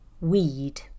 Weed